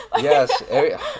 Yes